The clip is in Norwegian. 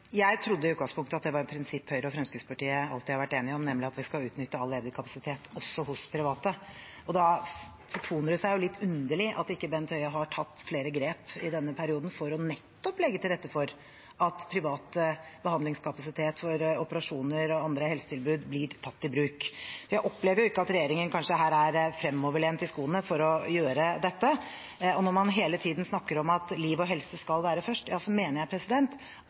Jeg trodde i utgangspunktet at det var et prinsipp Høyre og Fremskrittspartiet alltid har vært enige om, nemlig at vi skal utnytte all ledig kapasitet også hos private. Da fortoner det seg litt underlig at ikke Bent Høie har tatt flere grep i denne perioden for nettopp å legge til rette for at privat behandlingskapasitet – operasjoner og andre helsetilbud – blir tatt i bruk. Jeg opplever kanskje ikke at regjeringen her er fremoverlent i skoene for å gjøre dette. Når man hele tiden snakker om at liv og helse skal komme først, mener jeg